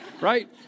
right